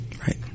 right